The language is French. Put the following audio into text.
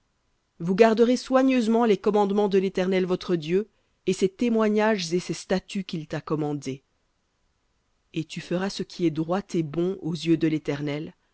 vous garderez soigneusement les commandements de l'éternel votre dieu et ses témoignages et ses statuts qu'il t'a commandés et tu feras ce qui est droit et bon aux yeux de l'éternel